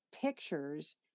pictures